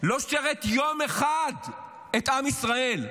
לא שירת יום אחד את עם ישראל.